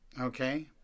Okay